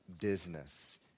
business